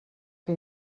que